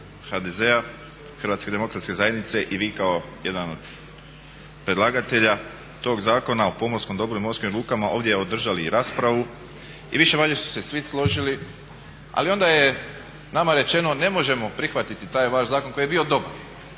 HDZ-a, Hrvatske demokratske zajednice i vi kao jedan od predlagatelja tog Zakona o pomorskom dobru i morskim lukama ovdje održali i raspravi i više-manje su se svi složili ali onda je nama rečeno ne možemo prihvatiti taj vaš zakon koji je bio dobar,